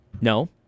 No